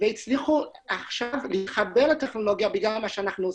והצליחו עכשיו להתחבר לטכנולוגיה בזכות מה שאנחנו עושים.